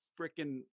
freaking